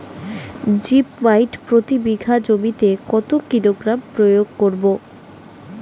Zip মাইট প্রতি বিঘা জমিতে কত কিলোগ্রাম প্রয়োগ করব?